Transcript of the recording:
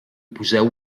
poseu